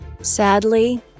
Sadly